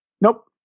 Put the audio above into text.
Nope